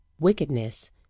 wickedness